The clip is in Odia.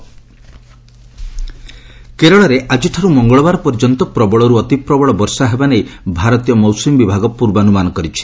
କେରଳ ରେନ୍ କେରଳରେ ଆଜିଠାରୁ ମଙ୍ଗଳବାର ପର୍ଯ୍ୟନ୍ତ ପ୍ରବଳରୁ ଅତି ପ୍ରବଳ ବର୍ଷା ହେବା ନେଇ ଭାରତୀୟ ମୌସୁମୀ ବିଭାଗ ପୂର୍ବାନୁମାନ କରିଛି